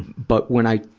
but when i,